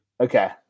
Okay